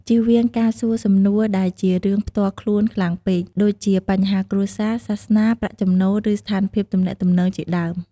ជៀសវាងការសួរសំណួរដែលជារឿងផ្ទាល់ខ្លួនខ្លាំងពេក ដូចជាបញ្ហាគ្រួសារ សាសនា ប្រាក់ចំណូល ឬស្ថានភាពទំនាក់ទំនងជាដើម។